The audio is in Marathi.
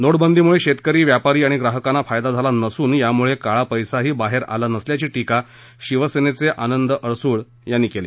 नो डिदीमुळे शेतकरी व्यापारी आणि ग्राहकांना फायदा झाला नसून यामुळे काळा पैसाही बाहेर आला नसल्याची शिका शिवसेनेचे आनंद आडसुळ यांनी केली